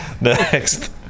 Next